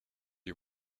you